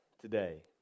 today